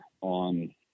on